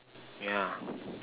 yeah